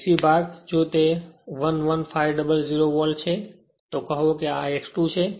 BC ભાગ તેથી જો તે 11500 વોલ્ટ છે તો કહો કે આ મારો X2 છે